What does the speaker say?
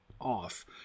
off